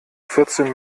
vierzehn